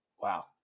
Wow